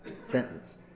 sentence